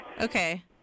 Okay